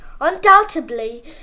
Undoubtedly